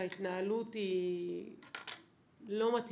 שההתנהלות לא מתאימה,